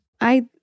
I-